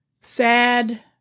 sad